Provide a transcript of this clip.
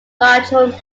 cajun